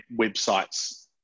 websites